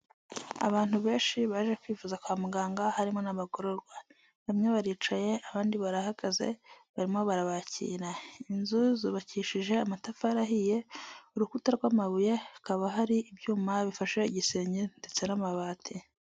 Abantu benshi baje kwifuza kwa muganga harimo n'abagororwa, bamwe baricaye abandi barahagaze barimo barabakira, inzu zubakishije amatafari ahiye urukuta rw'amabuye, hakaba hari ibyuma bifashe igisenge ndetse n'amabati.